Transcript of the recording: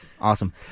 Awesome